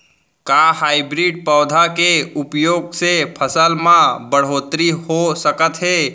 का हाइब्रिड पौधा के उपयोग से फसल म बढ़होत्तरी हो सकत हे?